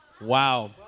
Wow